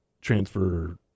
transfer